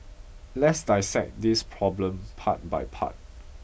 let's dissect this problem part by part